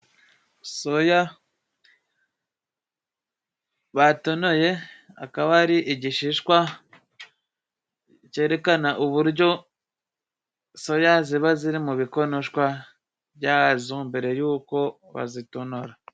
Soya batonoye, akaba ari igishishwa cyerekana uburyo soya ziba ziri mu bikonoshwa byazo ,mbere y'uko bazitonora.